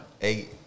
Eight